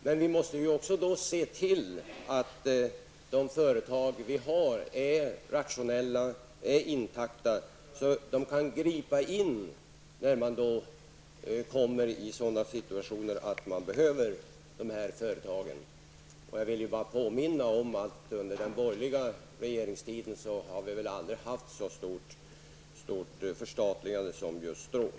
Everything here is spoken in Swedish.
Men vi måste se till att de företag vi har är rationella och intakta så att de kan gripa in i situationer där dessa företag behövs. Jag vill bara påminna om att vi har aldrig haft så mycket förstatligande som under den borgerliga regeringstiden.